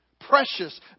precious